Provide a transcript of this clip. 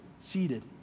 seated